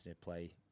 play